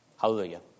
Hallelujah